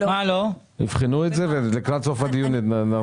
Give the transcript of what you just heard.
הם יבחנו את זה, ולקראת סוף הדיון ייתנו תשובה.